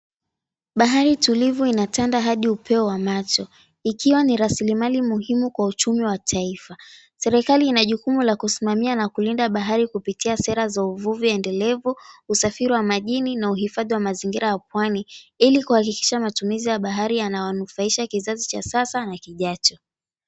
Bahari tulivu inatanda hadi upeo wa macho ikiwa ni rasilimali muhimu kwa uchumi wa taifa. Serikali ina jukumu la kusimamia na kulinda bahari kupitia sera za uvuvi endelevu, usafiri wa majini na uhifadhi wa mazingira ya pwani ili kuhakikisha matumizi ya pwani yanawanufaisha kizazi cha sasa na kijacho.